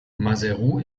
maseru